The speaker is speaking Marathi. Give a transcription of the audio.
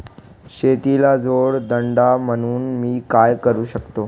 शेतीला जोड धंदा म्हणून मी काय करु शकतो?